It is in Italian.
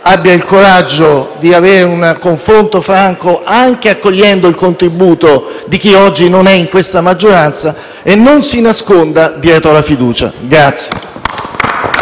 abbia il coraggio di avere un confronto franco, anche accogliendo il contributo di chi oggi non è in questa maggioranza, e non si nasconda dietro la fiducia.